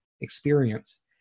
experience